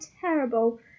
terrible